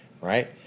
right